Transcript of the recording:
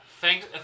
Thanks